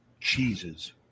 Cheeses